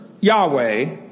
Yahweh